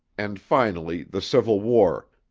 and finally the civil war,